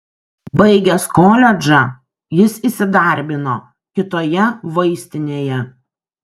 baigęs koledžą jis įsidarbino kitoje vaistinėje